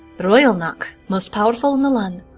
the royal knack, most powerful in the land,